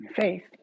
faith